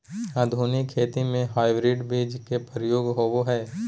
आधुनिक खेती में हाइब्रिड बीज के प्रयोग होबो हइ